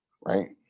Right